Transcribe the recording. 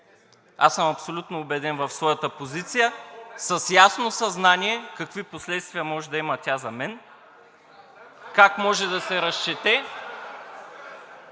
Аз съм абсолютно убеден в своята позиция с ясно съзнание какви последствия може да има тя за мен, как може да се разчете.